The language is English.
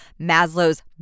Maslow's